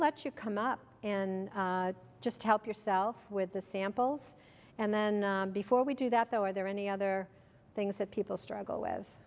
let you come up in just to help yourself with the samples and then before we do that though are there any other things that people struggle with